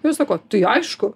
jie sako tai aišku